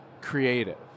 creative